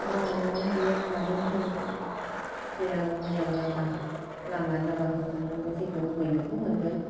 हाबाब नआवनो गैया माजों होनो देनां मोजां जाबा लामा जाबा होगोन नोङो जेखौ लुबैयै बेखौनो मोनगोन